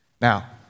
Now